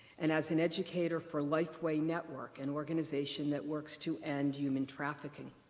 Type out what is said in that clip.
and as an educator for lifeway network, an organization that works to end human trafficking.